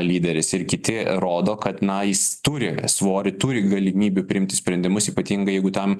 lyderis ir kiti rodo kad na jis turi svorį turi galimybių priimti sprendimus ypatingai jeigu tam